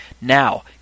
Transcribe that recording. Now